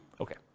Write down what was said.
Okay